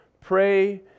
Pray